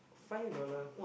five dollar